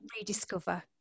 rediscover